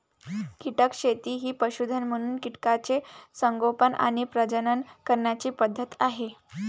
कीटक शेती ही पशुधन म्हणून कीटकांचे संगोपन आणि प्रजनन करण्याची पद्धत आहे